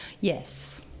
Yes